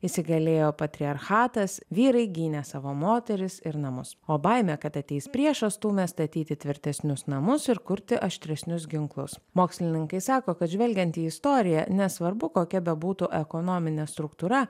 įsigalėjo patriarchatas vyrai gynė savo moteris ir namus o baimė kad ateis priešas stūmė statyti tvirtesnius namus ir kurti aštresnius ginklus mokslininkai sako kad žvelgiant į istoriją nesvarbu kokia bebūtų ekonominė struktūra